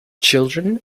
children